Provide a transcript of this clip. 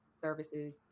services